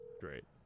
Great